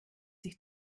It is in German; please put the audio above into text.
sich